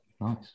Nice